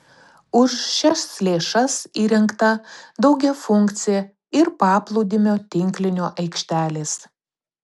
už šias lėšas įrengta daugiafunkcė ir paplūdimio tinklinio aikštelės